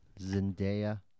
Zendaya